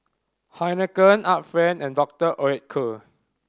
Heinekein Art Friend and Doctor Oetker